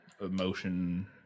emotion